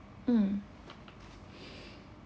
mm